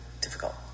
difficult